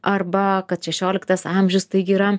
arba kad šešioliktas amžius taigi yra